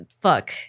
fuck